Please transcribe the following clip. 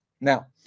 Now